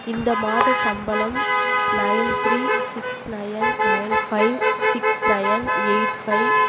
இந்த மாதச் சம்பளம் nine three six nine nine five six nine eight five